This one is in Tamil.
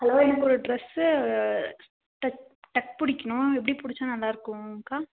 ஹலோ எனக்கு ட்ரெஸ்ஸு டக் டக் பிடிக்கணும் எப்படி பிடிச்சா நல்லாயிருக்கும்க்கா